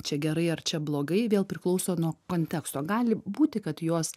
čia gerai ar čia blogai vėl priklauso nuo konteksto gali būti kad jos